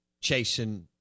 chasing